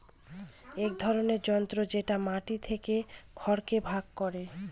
এক ধরনের যন্ত্র যেটা মাটি থেকে খড়কে ভাগ করে